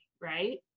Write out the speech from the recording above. right